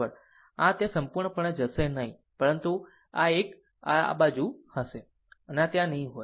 અને આ ત્યાં સંપૂર્ણપણે જશે નહીં પરંતુ આ એક આ એક આ બાજુ હશે આ ત્યાં નહીં હોય